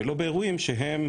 ולא באירועים שהם